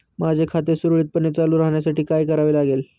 माझे खाते सुरळीतपणे चालू राहण्यासाठी काय करावे लागेल?